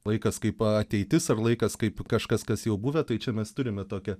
laikas kaip ateitis ar laikas kaip kažkas kas jau buvę tai čia mes turime tokią